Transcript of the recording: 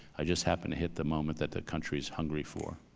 i just happened to hit the moment that the country is hungry for.